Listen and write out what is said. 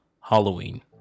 Halloween